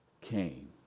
came